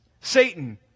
Satan